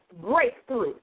breakthrough